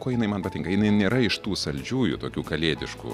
kuo jinai man patinka jinai nėra iš tų saldžiųjų tokių kalėdiškų